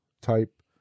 type